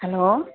hello